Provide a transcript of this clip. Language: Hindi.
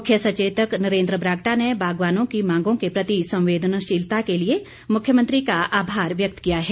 मुख्य सचेतक नरेन्द्र बरागटा ने बागवानों की मांगों के प्रति संवेदनशीलता के लिए मुख्यमंत्री का आभार व्यक्त किया है